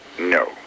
No